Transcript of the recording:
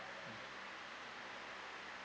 mm